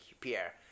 Pierre